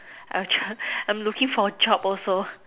I I'm looking for a job also